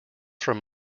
from